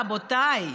רבותיי.